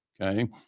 Okay